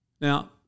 Now